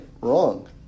Wrong